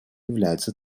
являются